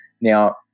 Now